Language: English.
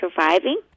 surviving